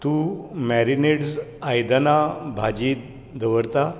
तूं मॅरिनेड्स आयदना भाजी दवरता